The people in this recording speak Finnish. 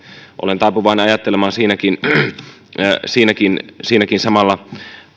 olen taipuvainen ajattelemaan siinäkin siinäkin samalla